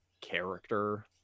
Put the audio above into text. character